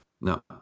No